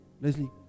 Leslie